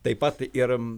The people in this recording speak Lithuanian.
taip pat ir